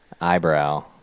Eyebrow